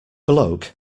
bloke